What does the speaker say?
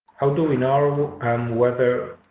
how do we know and whether.